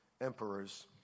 emperors